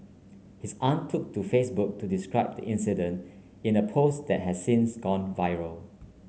his aunt took to Facebook to describe the incident in a post that has since gone viral